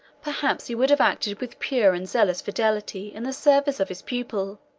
perhaps he would have acted with pure and zealous fidelity in the service of his pupil.